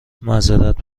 معذرت